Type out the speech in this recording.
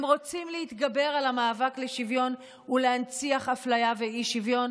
הם רוצים להתגבר על המאבק לשוויון ולהנציח אפליה ואי-שוויון